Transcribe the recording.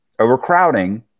overcrowding